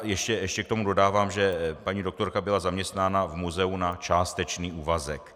Ještě k tomu dodávám, že paní doktorka byla zaměstnána v muzeu na částečný úvazek.